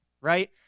right